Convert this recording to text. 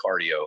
cardio